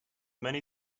many